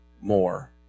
more